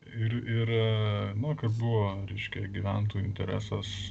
ir ir nu kad buvo reiškia gyventojų interesas